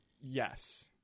Yes